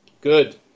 Good